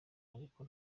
ariko